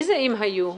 מי זה אם היו מחייבים?